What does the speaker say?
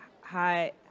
hi